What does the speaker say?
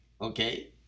Okay